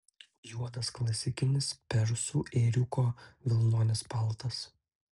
juodas klasikinis persų ėriuko vilnonis paltas